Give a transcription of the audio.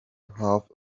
half